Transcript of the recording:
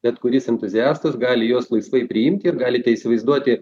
bet kuris entuziastas gali juos laisvai priimti ir galite įsivaizduoti